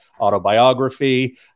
autobiography